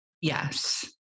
yes